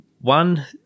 One